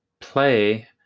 play